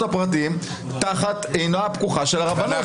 הפרטיים תחת עינה הפקוחה של הרבנות,